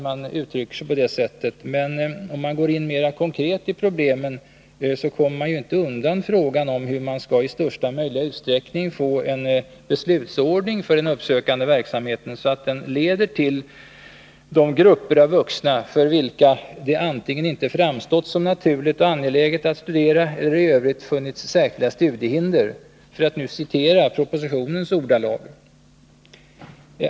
Men går man in mera konkret i problemet, kommer man inte undan frågan, hur vi i största möjliga utsträckning skall få en sådan beslutsordning för den uppsökande verksamheten att den riktar sig till de ”grupper av vuxna för vilka det antingen inte framstått som naturligt och angeläget att studera eller i övrigt funnits särskilda studiehinder”, för att nu citera propositionens ordalag.